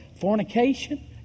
fornication